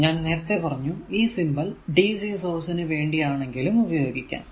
ഞാൻ നേരത്തെ പറഞ്ഞു ഈ സിംബൽ dc സോഴ്സ് നു വേണ്ടിയാണെങ്കിലും ഉപയോഗിക്കാം